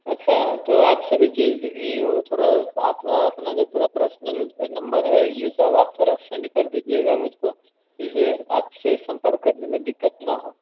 अच्छा तो आप सभी चीज़ यह थोड़ा आपका अपना पूरा जो परसनल नंबर है यह सब आप थोड़ा सेन्ड कर दीजिएगा मुझ को जिससे आप से सम्पर्क करने में दिक़्क़त ना हो